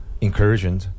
incursion